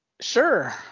Sure